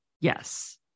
Yes